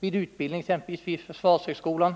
i utbildning exempelvis vid försvarshögskolan.